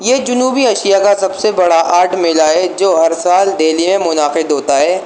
یہ جنوبی اشیا کا سب سے بڑا آرٹ میلہ ہے جو ہر سال دلی میں منعقد ہوتا ہے